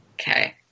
Okay